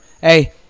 hey